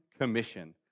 commission